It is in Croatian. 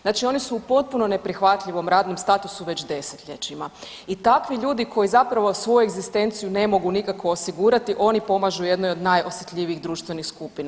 Znači oni su u potpuno neprihvatljivom radnom statusu već desetljećima i takvi ljudi koji zapravo svoju egzistenciju ne mogu nikako osigurati oni pomažu jednoj od najosjetljivijih društvenih skupina.